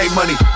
money